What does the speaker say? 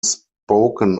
spoken